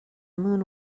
moon